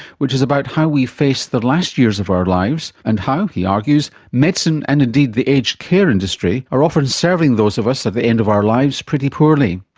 which is about how we face the last years of our lives and how, he argues, medicine and indeed the aged care industry are often serving those of us at the end of our lives pretty poorly.